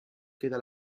queda